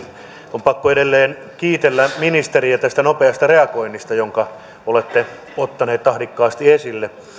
on pakko edelleen kiitellä ministeriä tästä nopeasta reagoinnista jonka olette ottanut tahdikkaasti esille